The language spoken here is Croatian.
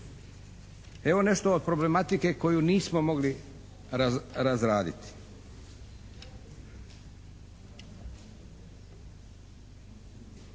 Evo nešto od problematike koju nismo mogli razraditi.